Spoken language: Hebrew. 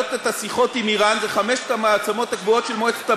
שמנהלות את השיחות עם איראן אלה חמש המעצמות הקבועות של מועצת הביטחון,